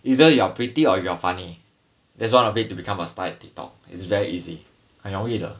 either you are pretty or you are funny that's one of it to become a star in TikTok it's very easy 很容易的